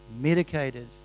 medicated